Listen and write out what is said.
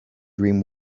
dream